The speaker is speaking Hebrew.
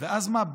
ואז מה,